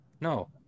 no